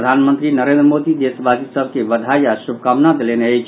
प्रधानमंत्री नरेन्द्र मोदी देशवासी सभ के बधाई आ शुभकामना देलनि अछि